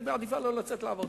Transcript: היא מעדיפה לא לצאת לעבוד.